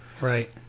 Right